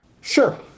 Sure